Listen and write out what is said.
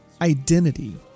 identity